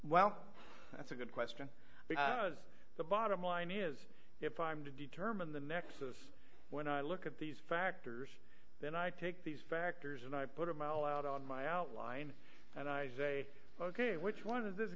well that's a good question because the bottom line is if i'm to determine the nexus when i look at these factors then i take these factors and i put a mile out on my outline and i say ok which one is this